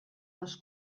les